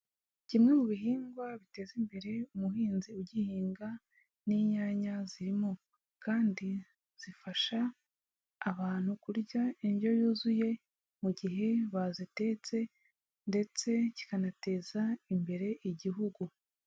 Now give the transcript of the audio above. Kimwe mu bihingwa biteza imbere umuhinzi ugihinga n'inyanya zirimo kandi zifasha abantu kurya indyo yuzuye mu gihe bazitetse ndetse kikanateza imbere igihugu.